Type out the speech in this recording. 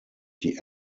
die